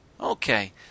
Okay